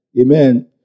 Amen